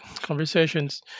conversations